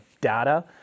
data